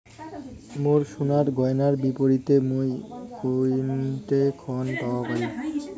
মোর সোনার গয়নার বিপরীতে মুই কোনঠে ঋণ পাওয়া পারি?